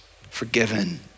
forgiven